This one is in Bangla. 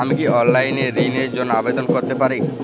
আমি কি অনলাইন এ ঋণ র জন্য আবেদন করতে পারি?